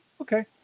okay